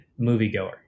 moviegoer